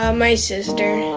um my sister.